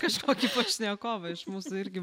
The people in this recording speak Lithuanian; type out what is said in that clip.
kažkokį pašnekovą musų irgi